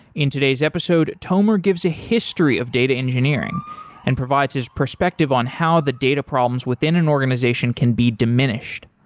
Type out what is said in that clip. in today's episode, tomer gives a history of data engineering and provides his perspective on how the data problems within an organization can be diminished.